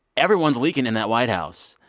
everyone's leaking in that white house.